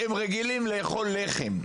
הם רגילים לאכול לחם,